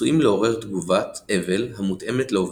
עשויים לעורר תגובת אבל המותאמת לאובדן.